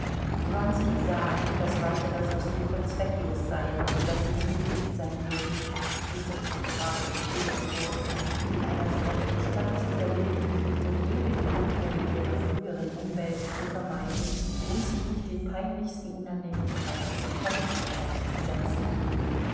sah ein daß weitere versuche zwecklos seien und daß sie genötigt sein würden diese paar tage in petersburg wie in einer fremden stadt zu verleben und jede berührung mit ihrer früheren umwelt zu vermeiden um sich nicht den peinlichsten unannehmlichkeiten und kränkungen auszusetzen